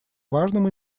важным